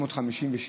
657,